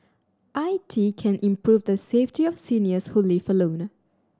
I T can improve the safety of seniors who live alone